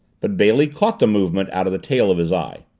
but bailey caught the movement out of the tail of his eye.